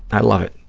i love it.